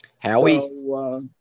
Howie